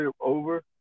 over